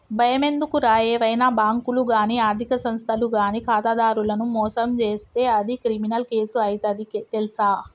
బయమెందుకురా ఏవైనా బాంకులు గానీ ఆర్థిక సంస్థలు గానీ ఖాతాదారులను మోసం జేస్తే అది క్రిమినల్ కేసు అయితది తెల్సా